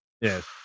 Yes